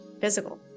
physical